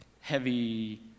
heavy